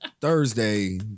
Thursday